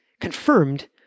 confirmed